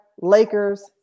Lakers